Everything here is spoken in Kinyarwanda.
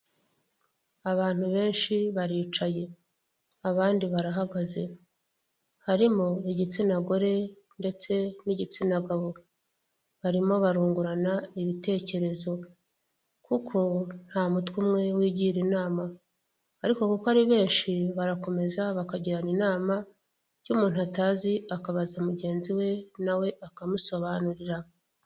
Abantu benshi baricaye abandi barahagaze harimo igitsina gore ndetse n'igitsina gabo barimo barungurana ibitekerezo kuko nta mutwe umwe wigira inama ariko kuko ari benshi barakomeza bakagi inama icyo umuntu atazi akabaza mugenzi we nawe we akamusobanurira.